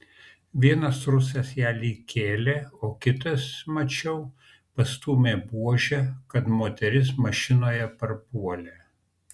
vienas rusas ją lyg kėlė o kitas mačiau pastūmė buože kad moteris mašinoje parpuolė